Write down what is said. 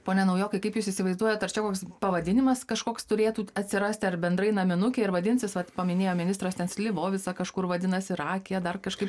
pone naujokai kaip jūs įsivaizduojat čia koks pavadinimas kažkoks turėtų atsirasti ar bendrai naminukė ir vadinsis vat paminėjo ministras ten slivovica kažkur vadinasi rakija dar kažkaip